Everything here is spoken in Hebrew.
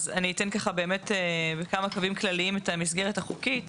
אני אתן באמת בכמה קווים כללים את המסגרת החוקית,